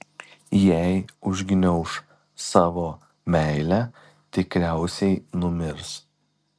jei užgniauš savo meilę tikriausiai numirs